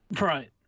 Right